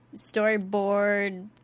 storyboard